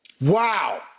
Wow